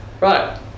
Right